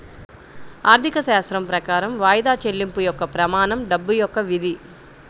ఆర్థికశాస్త్రం ప్రకారం వాయిదా చెల్లింపు యొక్క ప్రమాణం డబ్బు యొక్క విధి